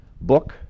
book